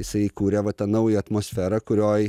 jisai kuria va tą naują atmosferą kurioj